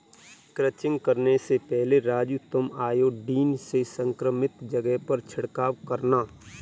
crutching करने से पहले राजू तुम आयोडीन से संक्रमित जगह पर छिड़काव करना